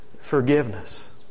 forgiveness